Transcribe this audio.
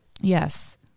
Yes